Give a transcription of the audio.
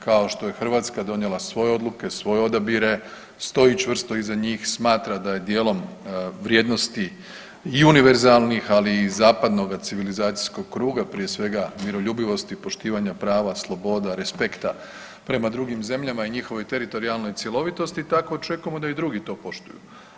Kao što Hrvatska donijela svoje odluke, svoje odabire, stoji čvrsto iza njih, smatra da je dijelom vrijednosti i univerzalnih ali i zapadnog civilizacijskog kruga prije svega miroljubivost i poštivanja prava, sloboda, respekta prema drugim zemljama i njihovoj teritorijalnoj cjelovitosti, tako očekujemo da i drugi to poštuju.